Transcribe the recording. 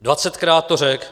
Dvacetkrát to řekl.